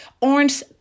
orange